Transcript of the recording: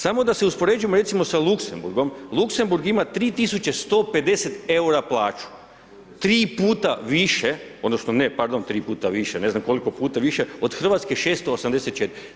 Samo da se uspoređujemo recimo sa Luksemburgom, Luksemburg ima 3.150 EUR-a plaću, 3 puta više odnosno ne pardon 3 puta više ne znam koliko puta više od Hrvatske 684.